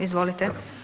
Izvolite.